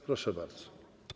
Proszę bardzo.